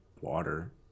water